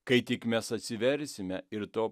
kai tik mes atsiversime ir to